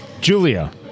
Julia